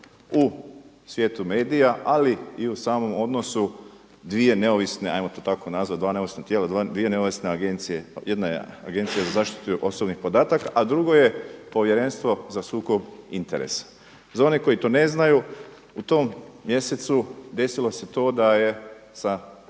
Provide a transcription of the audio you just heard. u svijetu medija, ali i u samom odnosu dvije neovisne ajmo to tako nazvat, dva neovisna tijela, jedna je Agencija za zaštitu osobnih podataka, a drugo je Povjerenstvo za sukob interesa. Za one koji to ne znaju, u tom mjesecu desilo se to da je sa Interneta